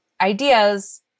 ideas